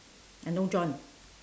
I no john